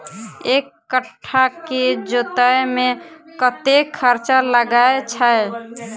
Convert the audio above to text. एक कट्ठा केँ जोतय मे कतेक खर्चा लागै छै?